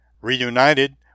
Reunited